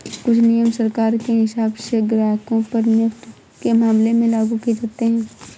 कुछ नियम सरकार के हिसाब से ग्राहकों पर नेफ्ट के मामले में लागू किये जाते हैं